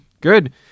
good